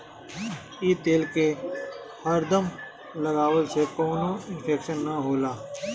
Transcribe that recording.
इ तेल के हरदम लगवला से कवनो इन्फेक्शन ना होला